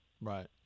Right